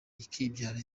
ikabyara